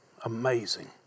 amazing